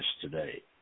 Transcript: today